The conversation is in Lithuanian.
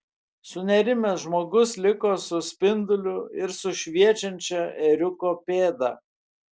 sunerimęs žmogus liko su spinduliu ir su šviečiančia ėriuko pėda